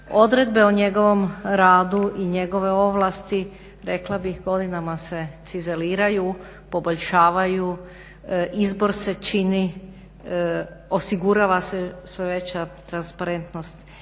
Odredbe o njegovom radu i njegove ovlasti rekla bih godinama se cizeliraju, poboljšavaju, izbor se čini, osigurava se sve veća transparentnost